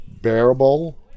bearable